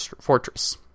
fortress